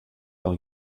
par